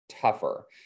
tougher